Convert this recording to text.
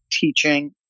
teaching